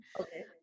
Okay